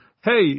Hey